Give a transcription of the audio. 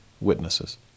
witnesses